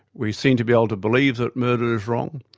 we seem to be able to believe that murder is wrong,